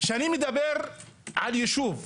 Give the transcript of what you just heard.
כשאני מדבר על ישוב,